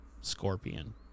scorpion